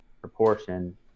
proportion